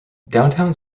downtown